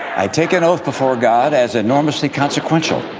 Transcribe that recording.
i take an oath before god as enormously consequential